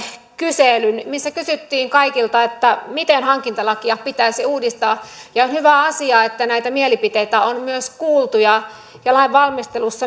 kyselyn missä kysyttiin kaikilta miten hankintalakia pitäisi uudistaa on hyvä asia että näitä mielipiteitä on myös kuultu ja ja lainvalmistelussa